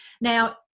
now